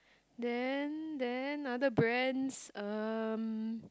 then then other brands um